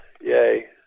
Yay